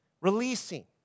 releasing